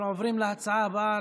אנחנו עוברים להצעת החוק הבאה,